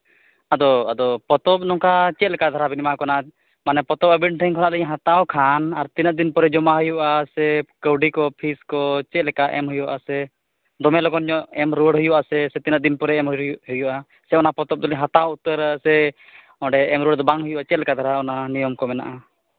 ᱟᱫᱚ ᱟᱫᱚ ᱯᱚᱛᱚᱵ ᱱᱚᱝᱠᱟ ᱪᱮᱫ ᱫᱷᱟᱨᱟ ᱵᱤᱱ ᱮᱢᱟ ᱠᱚ ᱠᱟᱱᱟ ᱢᱟᱱᱮ ᱯᱚᱛᱚᱵ ᱟᱹᱵᱤᱱ ᱴᱷᱮᱱ ᱠᱷᱚᱱᱟᱜ ᱞᱤᱧ ᱦᱟᱛᱟᱣ ᱠᱷᱟᱱ ᱟᱨ ᱛᱤᱱᱟᱹᱜ ᱫᱤᱱ ᱯᱚᱨᱮ ᱡᱚᱢᱟ ᱦᱩᱭᱩᱜᱼᱟ ᱥᱮ ᱠᱟᱹᱣᱰᱤ ᱠᱚ ᱯᱷᱤᱡᱽ ᱠᱚ ᱪᱮᱫᱞᱮᱠᱟ ᱮᱢ ᱦᱩᱭᱩᱜᱼᱟ ᱥᱮ ᱫᱚᱢᱮ ᱞᱚᱜᱚᱱ ᱧᱚᱜ ᱮᱢ ᱨᱩᱟᱹᱲ ᱦᱩᱭᱩᱜᱼᱟ ᱥᱮ ᱛᱤᱱᱟᱹᱜ ᱫᱤᱱ ᱯᱚᱨ ᱮᱢ ᱦᱩᱭᱩᱜᱼᱟ ᱥᱮ ᱚᱱᱟ ᱯᱚᱛᱚᱵ ᱫᱚᱞᱤᱧ ᱦᱟᱛᱟᱣ ᱩᱛᱟᱹᱨᱟ ᱥᱮ ᱚᱸᱰᱮ ᱮᱢ ᱨᱩᱣᱟᱹᱲ ᱫᱚ ᱵᱟᱝ ᱦᱩᱭᱩᱜᱼᱟ ᱪᱮᱫᱞᱮᱠᱟ ᱫᱷᱟᱨᱟ ᱚᱱᱟ ᱱᱤᱭᱚᱢ ᱠᱚ ᱢᱮᱱᱟᱜᱼᱟ